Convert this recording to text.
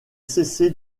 cessé